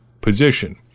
position